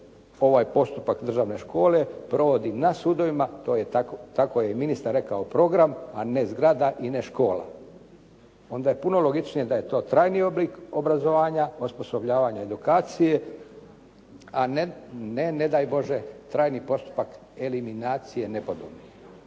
ovaj postupak državne škole provodi na sudovima. Tako je ministar rekao program, a ne zgrada i ne škola. Onda je puno logičnije da je to trajni oblik obrazovanja osposobljavanja edukacije, a ne ne daj Bože, trajni postupak eliminacije nepodobnih.